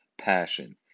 passion